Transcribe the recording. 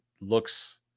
looks